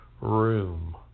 room